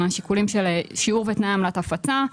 השיקולים של שיעור ותנאי הפצה,